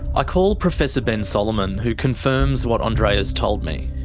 ah call professor ben solomon, who confirms what andreea's told me.